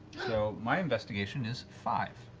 so my investigation is five.